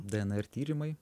dnr tyrimai